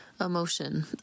emotion